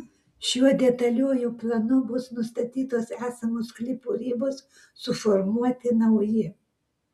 šiuo detaliuoju planu bus nustatytos esamų sklypų ribos suformuoti nauji